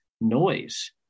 noise